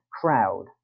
crowd